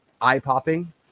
eye-popping